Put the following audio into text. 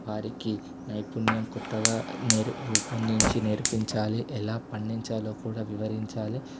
వారికి నైపుణ్యం కొత్తగా నేర్ రూపొందించి నేర్పించాలి ఎలా పండించాలో కూడా వివరించాలి